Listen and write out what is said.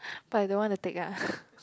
but I don't want to take ah